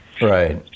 Right